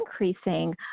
increasing